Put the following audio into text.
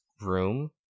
room